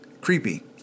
creepy